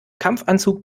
kampfanzug